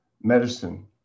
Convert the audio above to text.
medicine